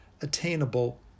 attainable